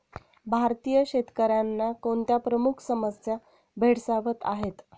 भारतीय शेतकऱ्यांना कोणत्या प्रमुख समस्या भेडसावत आहेत?